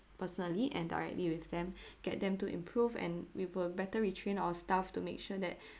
personally and directly with them get them to improve and we will better retrain our staff to make sure that